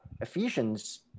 Ephesians